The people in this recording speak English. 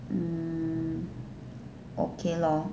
mm okay lor